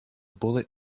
bullet